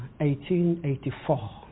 1884